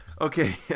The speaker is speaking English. Okay